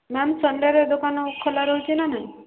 ma'am ସନ୍ଡ଼େରେ ଦୋକାନ ଖୋଲା ରହୁଛି ନା ନାଇଁ